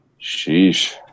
Sheesh